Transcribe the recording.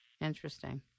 Interesting